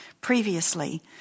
previously